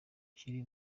ukiri